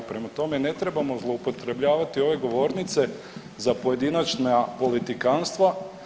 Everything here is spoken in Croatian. Prema tome, ne trebamo zloupotrebljavati ove govornice za pojedinačna politikanstva.